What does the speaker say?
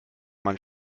man